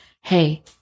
Hey